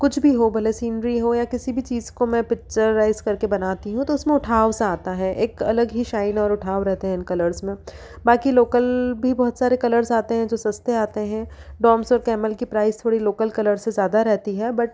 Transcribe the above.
कुछ भी हो भले सीनरी हो या किसी भी चीज को मैं पिक्चराइज करके बनाती हूँ तो उसमें उठाव सा आता है एक अलग ही शाइन और उठाव रहते हैं इन कलर्स में बाकी लोकल भी बहुत सारे कलर्स आते हैं जो सस्ते आते हैं डॉम्स और कैमल की प्राइस थोड़ी लोकल कलर से ज्यादा रहती है बट